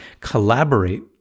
collaborate